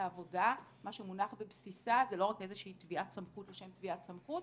לעבודה זה לא רק איזושהי תביעת סמכות לשם תביעת סמכות,